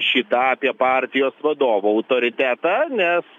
šį tą apie partijos vadovo autoritetą nes